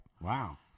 Wow